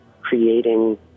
creating